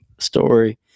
story